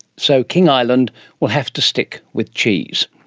so king island will have to stick with cheese.